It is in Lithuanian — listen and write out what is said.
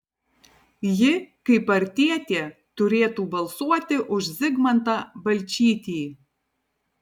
ji kaip partietė turėtų balsuoti už zigmantą balčytį